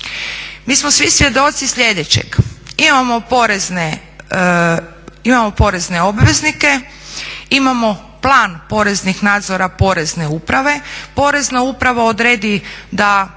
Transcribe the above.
Mi smo svi svjedoci sljedećeg. Imamo porezne obveznike, imamo Plan poreznih nadzora Porezne uprave.